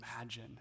imagine